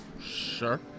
Sure